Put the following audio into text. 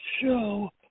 show